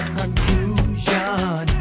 conclusion